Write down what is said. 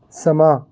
ਸਮਾਂ